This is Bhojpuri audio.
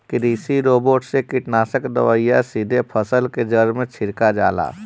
कृषि रोबोट से कीटनाशक दवाई सीधे फसल के जड़ में छिड़का जाला